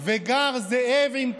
"וגר זאב עם כבש",